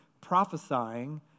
prophesying